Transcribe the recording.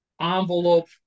envelope